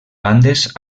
bandes